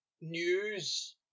news